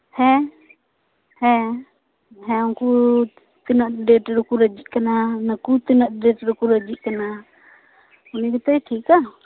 ᱦᱮᱸᱻᱦᱮᱸᱻ ᱦᱮᱸᱻ ᱩᱱᱠᱩ ᱛᱤᱱᱟᱹᱜ ᱰᱮᱴ ᱨᱮᱠᱚ ᱨᱟᱡᱤᱜ ᱠᱟᱱᱟ ᱱᱟᱠᱩ ᱛᱤᱱᱟᱹ ᱰᱮᱴ ᱨᱮᱠᱚ ᱨᱟᱡᱤᱜ ᱠᱟᱱᱟ ᱩᱱᱤ ᱜᱮᱛᱚᱭ ᱴᱷᱤᱠᱟ